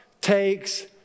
takes